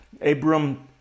Abram